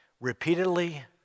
repeatedly